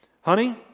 Honey